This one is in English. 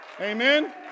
Amen